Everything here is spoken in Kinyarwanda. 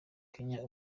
kenya